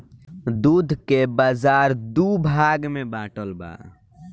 दूध के बाजार दू भाग में बाटल बा